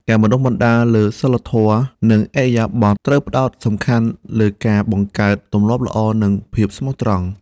ការបណ្តុះបណ្តាលលើសីលធម៌ និងឥរិយាបថត្រូវផ្តោតសំខាន់លើការបង្កើតទម្លាប់ល្អនិងភាពស្មោះត្រង់។